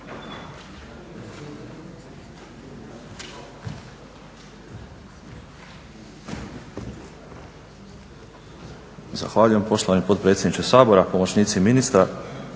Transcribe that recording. Zahvaljujem poštovani potpredsjedniče Sabora. Pomoćnici ministra,